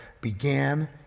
began